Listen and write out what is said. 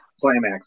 climax